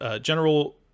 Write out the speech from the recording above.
General